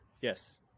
Yes